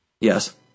Yes